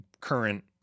current